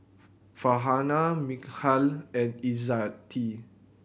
Farhanah Mikhail and Izzati